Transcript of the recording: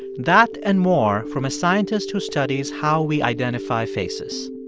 that and more from a scientist who studies how we identify faces.